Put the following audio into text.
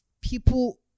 people